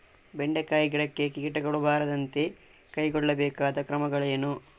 ಬೆಂಡೆಕಾಯಿ ಗಿಡಕ್ಕೆ ಕೀಟಗಳು ಬಾರದಂತೆ ಕೈಗೊಳ್ಳಬೇಕಾದ ಕ್ರಮಗಳೇನು?